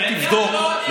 אם תבדוק,